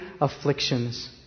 afflictions